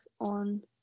on